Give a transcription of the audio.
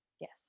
Yes